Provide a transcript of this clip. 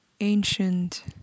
ancient